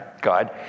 God